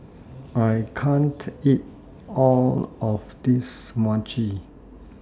I can't eat All of This Mochi